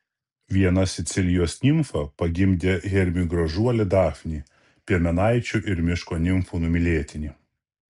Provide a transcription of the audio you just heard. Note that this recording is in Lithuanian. viena sicilijos nimfa pagimdė hermiui gražuolį dafnį piemenaičių ir miško nimfų numylėtinį